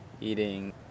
eating